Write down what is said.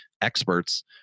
experts